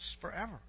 forever